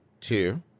Two